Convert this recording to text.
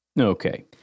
Okay